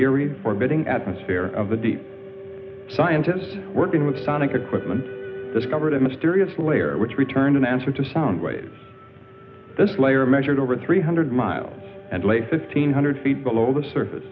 area orbiting atmosphere of the deep scientists working with sonic equipment discovered a mysterious layer which returned in answer to sound waves this layer measured over three hundred miles and lay fifteen hundred feet below the surface